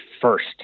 first